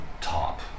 top